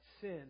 sin